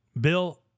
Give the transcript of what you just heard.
Bill